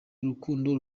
urukundo